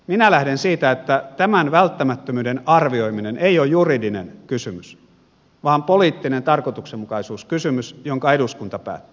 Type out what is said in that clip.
minä lähden siitä että tämän välttämättömyyden arvioiminen ei ole juridinen kysymys vaan poliittinen tarkoituksenmukaisuuskysymys jonka eduskunta päättää